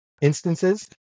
instances